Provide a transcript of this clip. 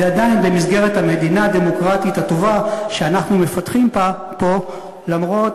זה עדיין במסגרת המדינה הדמוקרטית הטובה שאנחנו מפתחים פה למרות